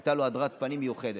והייתה לו הדרת פנים מיוחדת.